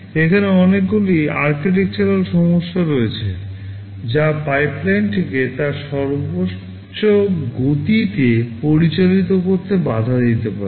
এখানে অনেকগুলো আর্কিটেকচারাল সমস্যা রয়েছে যা পাইপলাইনটিকে তার সর্বোচ্চ গতিতে পরিচালিত করতে বাধা দিতে পারে